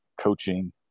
coaching